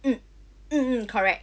mm mm mm correct